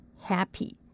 happy